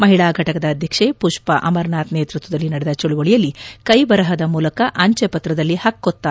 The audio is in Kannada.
ಮಹಿಳಾ ಫಟಕದ ಅಧ್ಯಕ್ಷೆ ಪುಷ್ಪಾ ಅಮರನಾಥ್ ನೇತೃತ್ವದಲ್ಲಿ ನಡೆದ ಚಳವಳಿಯಲ್ಲಿ ಕೈ ಬರಹದ ಮೂಲಕ ಅಂಚೆಪತ್ರದಲ್ಲಿ ಹಕ್ಕೋತ್ತಾಯ ಮಂದಿಸಲಾಯಿತು